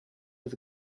was